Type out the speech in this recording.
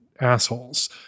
assholes